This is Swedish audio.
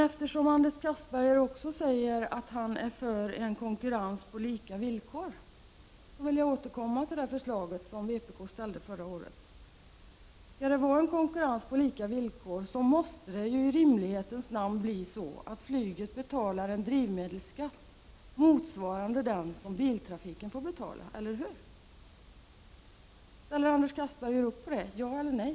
Eftersom Anders Castberger också säger att han är för en konkurrens på lika villkor, vill jag återkomma till det förslag som vpk ställde förra året. Skall det vara en konkurrens på lika villkor måste det i rimlighetens namn bli så att flyget betalar en drivmedelsskatt motsvarande den som biltrafiken får betala — eller hur? Ställer Anders Castberger upp på det — ja eller nej?